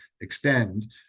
extend